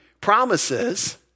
promises